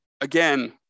again